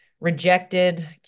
rejected